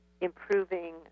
improving